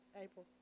April